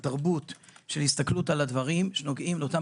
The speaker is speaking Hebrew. בתרבות של הסתכלות על הדברים שנוגעים לאותם